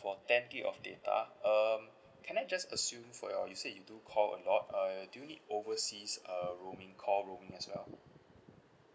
for ten gig of data um can I just assume for your you say you do call a lot uh do you need overseas uh roaming call roaming as well